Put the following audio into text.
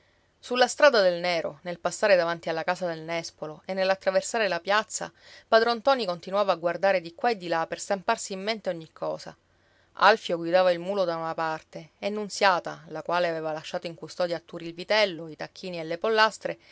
sulla strada del nero nel passare davanti alla casa del nespolo e nell'attraversare la piazza padron ntoni continuava a guardare di qua e di là per stamparsi in mente ogni cosa alfio guidava il mulo da una parte e nunziata la quale aveva lasciato in custodia a turi il vitello i tacchini e le pollastre